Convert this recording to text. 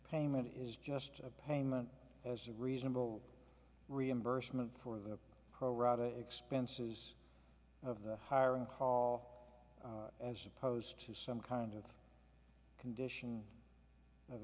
payment is just a payment as a reasonable reimbursement for the pro rata expenses of the hiring hall as opposed to some kind of condition of